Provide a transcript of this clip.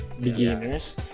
beginners